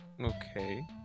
Okay